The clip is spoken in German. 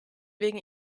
wegen